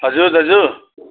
हजुर दाजु